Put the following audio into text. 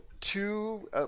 two